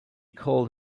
called